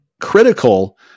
critical